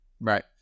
Right